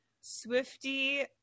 Swifty